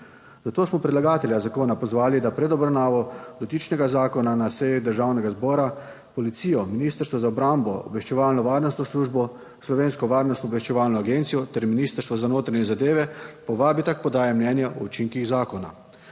Zato smo predlagatelja zakona pozvali, da pred obravnavo dotičnega zakona na seji Državnega zbora Policijo, Ministrstvo za obrambo, Obveščevalno varnostno službo, Slovensko varnostno obveščevalno agencijo ter Ministrstvo za notranje zadeve povabita k podaji mnenja o učinkih zakona.